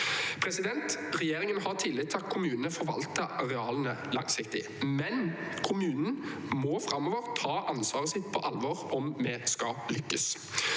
Regjeringen har tillit til at kommunene forvalter arealene langsiktig, men kommunene må framover ta ansvaret sitt på alvor om vi skal lykkes.